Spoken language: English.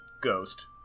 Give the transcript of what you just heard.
Ghost